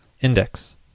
index